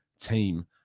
team